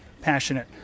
passionate